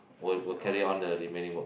will will carry on the remaining work